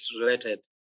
related